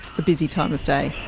the busy time of day.